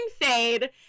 fade